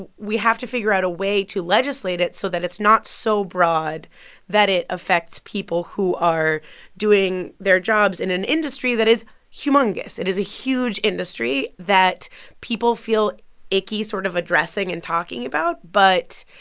we have to figure out a way to legislate it so that it's not so broad that it affects people who are doing their jobs in an industry that is humongous. it is a huge industry that people feel icky sort of addressing and talking about. but,